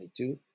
22